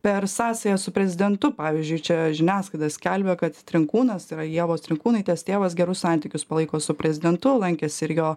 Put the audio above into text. per sąsają su prezidentu pavyzdžiui čia žiniasklaida skelbia kad trinkūnas tai yra ievos trinkūnaitės tėvas gerus santykius palaiko su prezidentu lankėsi ir jo